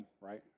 right